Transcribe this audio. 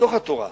מתוך התורה,